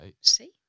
See